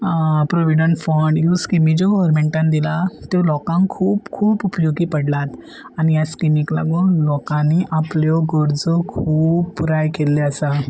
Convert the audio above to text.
provident fund ह्यो स्किमी ज्यो गव्हरमेंटान दिला त्यो लोकांक खूब खूब उपयोगी पडला आनी ह्या स्किमीक लागून लोकांनी आपल्यो गरजो खूब पुराय केल्ल्यो आसा